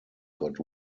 got